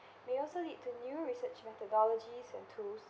may also lead to new research methodologies and tools